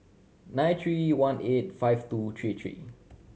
nine three one eight five two three three